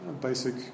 basic